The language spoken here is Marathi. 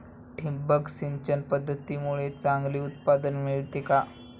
ठिबक सिंचन पद्धतीमुळे चांगले उत्पादन मिळते का?